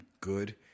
good